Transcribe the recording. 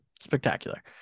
spectacular